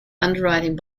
underwriting